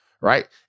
right